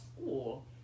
school